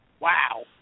wow